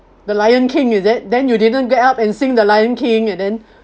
the lion king is it then you didn't get up and sing the lion king and then